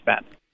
spend